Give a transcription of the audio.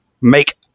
make